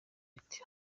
biti